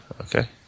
Okay